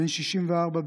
בן 64,